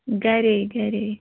گرے گرے